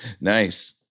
Nice